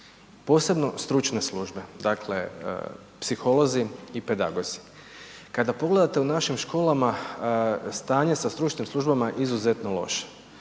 posebno stručne službe, dakle, psiholozi i pedagozi. Kada pogledate u našim školama stanje sa stručnim službama je izuzetno loše,